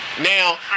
Now